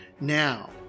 Now